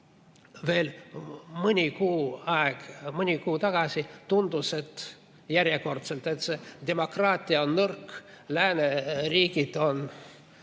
veel mõni kuu tagasi tundus järjekordselt, et demokraatia on nõrk, lääneriigid on